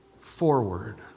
forward